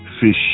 fish